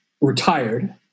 retired